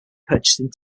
purchasing